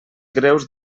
greus